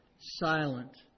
silent